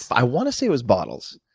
i want to say it was bottles.